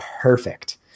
perfect